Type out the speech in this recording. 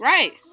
Right